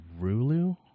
Rulu